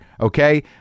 okay